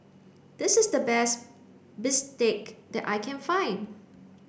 this is the best bistake that I can find